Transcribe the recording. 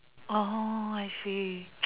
oh I see